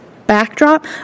backdrop